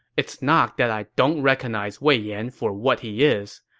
it's not that i don't recognize wei yan for what he is.